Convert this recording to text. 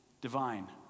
divine